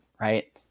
Right